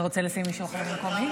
אתה רוצה לשים מישהו אחר במקומי?